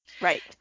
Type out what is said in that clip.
Right